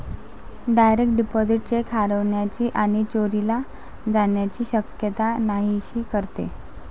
direct deposit cheque हरवण्याची आणि चोरीला जाण्याची शक्यता नाहीशी करते